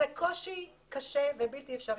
זה קושי קשה ובלתי אפשרי.